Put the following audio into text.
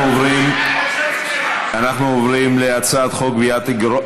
אנחנו עוברים להצעת החוק לגביית אגרות